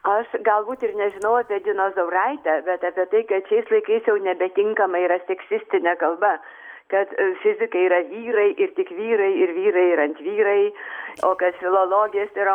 aš galbūt ir nežinau apie dinozauraitę bet apie tai kad šiais laikais jau nebetinkama yra seksistinė kalba kad fizikai yra vyrai ir tik vyrai ir vyrai yra ant vyrai o kad filologės yra